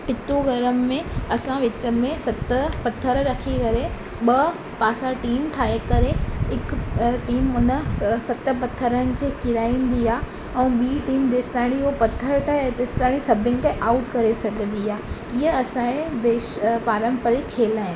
पितू गरम में असां विच में सत पत्थर रखी करे ॿ पासा टीम ठाहे करे हिकु टीम उन सत पत्थरनि खे किराईंदी आहे ऐं ॿी टीम जेसि ताणी उहे पत्थर हटाए तेसि ताणी सभिनि खे आऊट करे छॾींदी आहे हीअ असांजे देश पारंपरिक खेल आहिनि